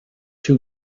two